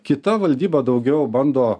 kita valdyba daugiau bando